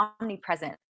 omnipresent